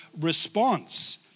response